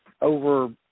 over